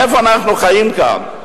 איפה אנחנו חיים כאן?